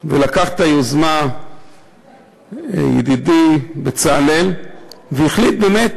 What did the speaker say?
ולקח את היוזמה ידידי בצלאל והחליט באמת,